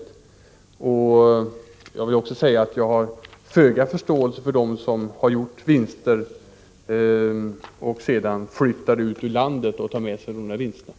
Jag vill också säga att jag har föga förståelse för dem som har gjort vinster och sedan flyttar ut ur landet och tar med sig dem.